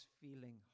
feeling